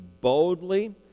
boldly